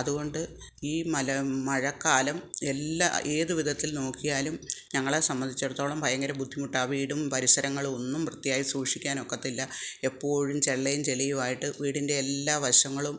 അതുകൊണ്ട് ഈ മഴ മഴക്കാലം എല്ലാം ഏതു വിധത്തിൽ നോക്കിയാലും ഞങ്ങളെ സംബന്ധിച്ചിടത്തോളം ഭയങ്കര ബുദ്ധിമുട്ടാണ് വീടും പരിസരങ്ങളും ഒന്നും വൃത്തിയായി സൂക്ഷിക്കാൻ ഒക്കത്തില്ല എപ്പോഴും ചെള്ളയും ചെളിയുമായിട്ട് വീടിൻ്റെ എല്ലാ വശങ്ങളും